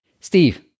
Steve